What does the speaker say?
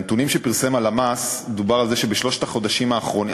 מהנתונים שפרסם הלמ"ס מדובר על זה שבשלושת החודשים האחרונים,